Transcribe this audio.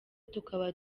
tukaba